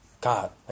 God